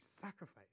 sacrifice